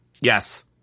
Yes